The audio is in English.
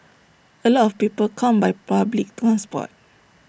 A lot of people come by public transport